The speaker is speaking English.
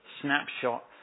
snapshot